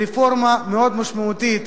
רפורמה מאוד משמעותית.